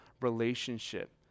relationship